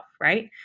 Right